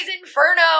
Inferno